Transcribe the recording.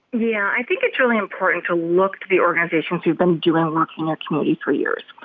yeah. i think it's really important to look to the organizations who've been doing work in our community for years.